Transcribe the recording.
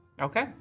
Okay